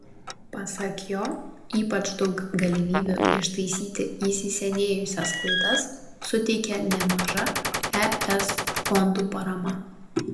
pasak jo ypač daug galimybių ištaisyti įsisenėjusias klaidas suteikė nemaža es fondų parama